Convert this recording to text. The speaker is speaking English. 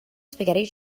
spaghetti